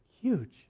huge